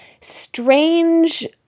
strange